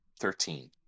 Thirteen